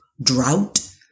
drought